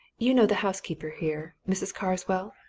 you know the housekeeper here mrs. carswell?